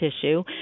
tissue